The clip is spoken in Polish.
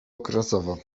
okresowo